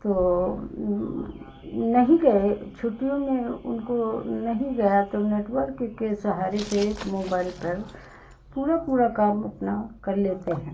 तो नहीं गए छुट्टियों में उनको नहीं गया तो नेटवर्क के सहारे से मोबाइल पर पूरा पूरा काम अपना कर लेते हैं